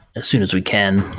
as soon as we can,